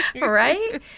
Right